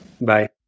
Bye